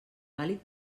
vàlid